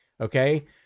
Okay